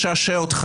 משעשע זה לא.